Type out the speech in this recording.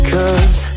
Cause